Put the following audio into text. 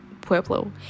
Pueblo